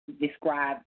describe